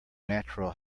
natural